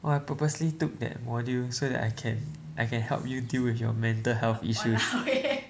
oh I purposely took that module so that I can I can help you deal with your mental health issues